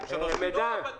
זו התחושה שלנו כחברי